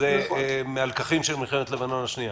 זה מהלקחים של מלחמת לבנון השנייה.